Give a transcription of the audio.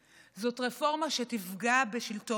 זאת רפורמה שתפגע בשלטון החוק.